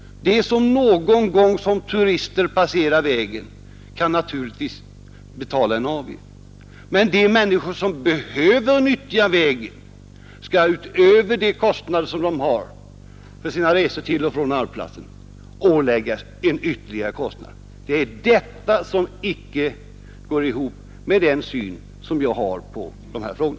De som någon gång i egenskap av turister passerar vägen kan naturligtvis betala en avgift, men de som ofta behöver nyttja vägen skall inte utöver de kostnader de har för resor till och från arbetsplatsen behöva åläggas en ytterligare avgift. Detta går icke ihop med den syn jag har på dessa frågor.